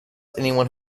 anyone